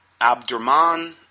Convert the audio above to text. Abdurman